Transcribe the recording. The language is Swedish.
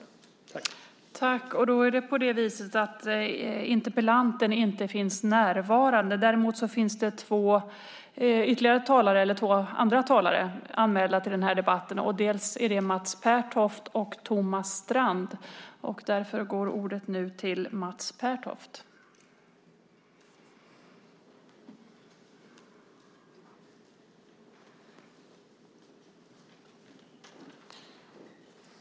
Tredje vice talmannen konstaterade att Ibrahim Baylan, som framställt interpellationen, inte var närvarande i kammaren.